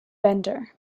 bender